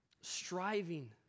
striving